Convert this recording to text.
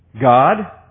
God